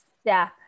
step